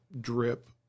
drip